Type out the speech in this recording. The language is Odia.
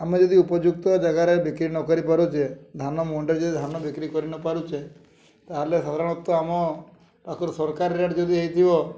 ଆମେ ଯଦି ଉପଯୁକ୍ତ ଜାଗାରେ ବିକ୍ରି ନ କରିପାରୁଛେ ଧାନ ମଣ୍ଡିରେ ଯଦି ଧାନ ବିକ୍ରି କରି ନ ପାରୁଛେ ତାହେଲେ ସାଧାରଣତଃ ଆମ ପାଖରୁ ସରକାରୀ ରେଟ୍ ଯଦି ହେଇଥିବ